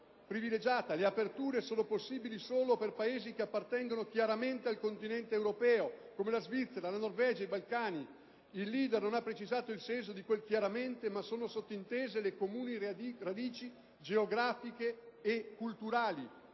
le aperture sono possibili solo per Stati appartenenti «chiaramente» al continente europeo, come la Svizzera, la Norvegia e i Paesi dei Balcani. Il *leader* francese non ha precisato il senso di quel "chiaramente", ma sono sottintese le comuni radici geografiche e culturali.